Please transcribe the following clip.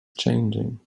changing